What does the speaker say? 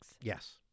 Yes